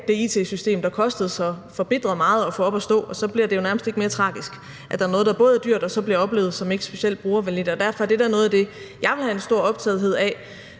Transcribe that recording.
det it-system, der kostede så forbitret meget at få op at stå, og så bliver det jo nærmest ikke mere tragisk, altså at der er noget, der både er dyrt, og som ikke bliver oplevet som specielt brugervenligt. Derfor er noget af det, som jeg vil være meget optaget af,